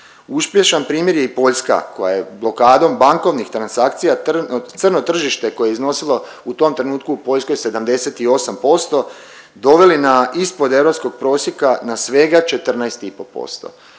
Uspješan primjer je i Poljska koja je blokadom bankovnih transakcija, crno tržište koje je iznosilo u tom trenutku u Poljskoj 78% doveli na ispod europskog prosjeka na svega 14,5%.